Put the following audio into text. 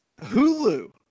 Hulu